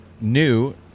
new